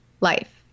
life